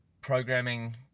programming